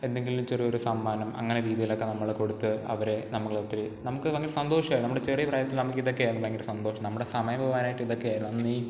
എന്തെങ്കിലും ചെറിയൊരു സമ്മാനം അങ്ങനെ രീതിയിലൊക്കെ നമ്മൾ കൊടുത്ത് അവരെ നമ്മളൊത്തിരി നമുക്ക് തമ്മിൽ സന്തോഷമായിരുന്നു നമ്മുടെ ചെറിയ പ്രായത്തിൽ നമുക്കിതൊക്കെ ആയിരുന്നു ഭയങ്കര സന്തോഷം നമ്മുടെ സമയം പോകാനായിട്ട് ഇതൊക്കെ ആയിരുന്നു അന്നീ